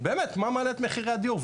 באמת מה מעלה את מחירי הדיור,